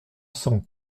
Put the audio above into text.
cent